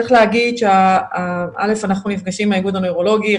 צריך להגיד שאנחנו נפגשים עם האיגוד הנוירולוגי.